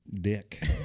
dick